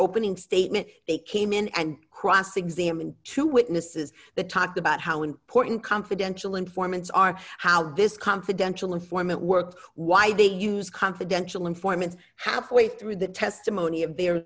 opening statement they came in and cross examine two witnesses the talked about how important confidential informants are how this confidential informant work why they use confidential informants halfway through the testimony of their